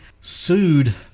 sued